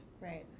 right